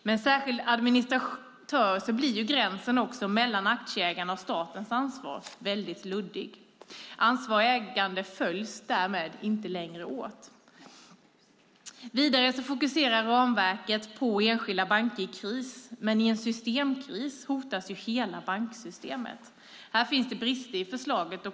Med en särskild administratör blir gränsen mellan aktieägarnas och statens ansvar väldigt luddig. Ansvar och ägande följs därmed inte längre åt. Vidare fokuserar ramverket på enskilda banker i kris, men i en systemkris hotas hela banksystemet. Här finns det brister i förslaget.